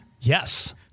Yes